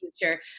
future